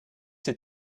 ces